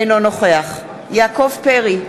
אינו נוכח יעקב פרי,